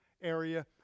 area